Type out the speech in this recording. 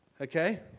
Okay